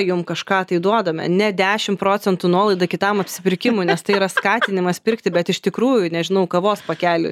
jum kažką tai duodame ne dešim procentų nuolaidą kitam apsipirkimui nes tai yra skatinimas pirkti bet iš tikrųjų nežinau kavos pakelį